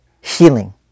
healing